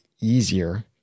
easier